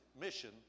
mission